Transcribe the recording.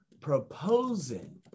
proposing